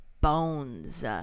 bones